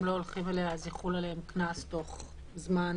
לא הולכים אליה יחול עליהם קנס תוך זמן,